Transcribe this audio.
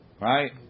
Right